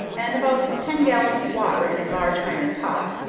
and about ten gallons of water in a large iron pot,